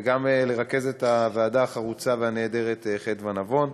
וגם לרכזת הוועדה החרוצה והנהדרת חדוה נבון.